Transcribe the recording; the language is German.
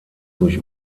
durch